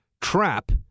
trap